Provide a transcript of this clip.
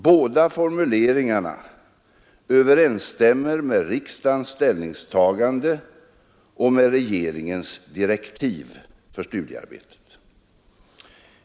Båda formuleringarna överensstämmer med riksdagens ställningstagande och med regeringens direktiv för studiearbetet.